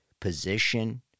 position